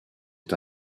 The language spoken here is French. est